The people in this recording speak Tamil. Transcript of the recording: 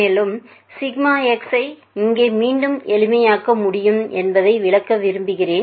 மேலும் σx ஐ இங்கே மீண்டும் எளிமையாக்க முடியும் என்பதை விளக்க விரும்புகிறேன்